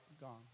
gone